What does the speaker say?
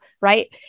right